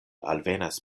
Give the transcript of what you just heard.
alvenas